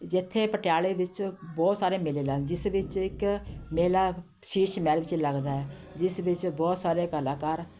ਜਿੱਥੇ ਪਟਿਆਲੇ ਵਿੱਚ ਬਹੁਤ ਸਾਰੇ ਮੇਲੇ ਲੱਗ ਜਿਸ ਵਿੱਚ ਇੱਕ ਮੇਲਾ ਸ਼ੀਸ਼ ਮਹਿਲ ਵਿੱਚ ਲੱਗਦਾ ਹੈ ਜਿਸ ਵਿੱਚ ਬਹੁਤ ਸਾਰੇ ਕਲਾਕਾਰ